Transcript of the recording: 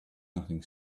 nothing